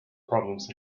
problems